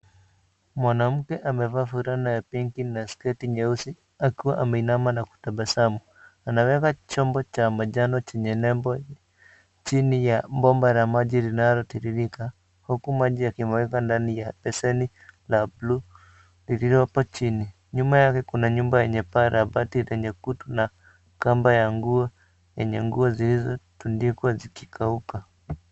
Mwanamke amevaa fulana ya pinki na sketi nyeusi akiwa ameinama na kutabasamu amebeba chombo cha manjano chenye nembo chini ya bomba la maji linalotiririka huku maji yakimwagika ndani ya beseni la buluu lililo hapa chini nyuma yake kuna nyumba lenye paa la bati lenye kutu na kamba ya nguo zilizotundikwa zikikauka.